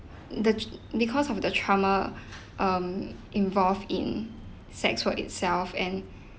the because of the trauma um involved in sex work itself and